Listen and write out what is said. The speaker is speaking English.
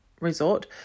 resort